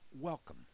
Welcome